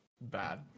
bad